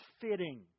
fitting